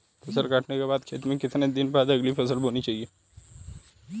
फसल काटने के बाद खेत में कितने दिन बाद अगली फसल बोनी चाहिये?